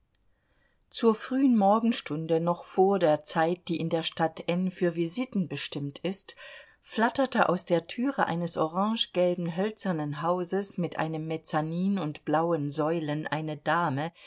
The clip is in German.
zur frühen morgenstunde noch vor der zeit die in der stadt n für visiten bestimmt ist flatterte aus der türe eines orangegelben hölzernen hauses mit einem mezzanin und blauen säulen eine dame